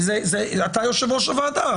אתה יושב ראש הוועדה.